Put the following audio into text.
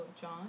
John